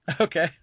Okay